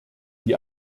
die